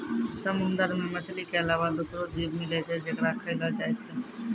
समुंदर मे मछली के अलावा दोसरो जीव मिलै छै जेकरा खयलो जाय छै